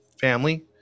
family